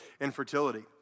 infertility